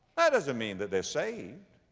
that doesn't mean that they're saved.